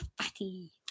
fatty